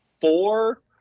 four